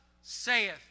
saith